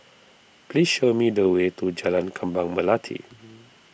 please show me the way to Jalan Kembang Melati